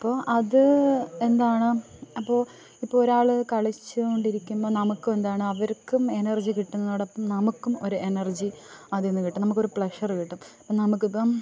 അപ്പോൾ അത് എന്താണ് അപ്പോൾ ഇപ്പോൾ ഒരാള് കളിച്ചോണ്ടിരിക്കുമ്പോൾ നമുക്ക് എന്താണ് അവർക്കും എനർജി കിട്ടുന്നതോടൊപ്പം നമുക്കും എനർജി അതിൽ നിന്ന് കിട്ടും നമുക്കൊരു പ്ലെഷറ് കിട്ടും നമുക്കിപ്പം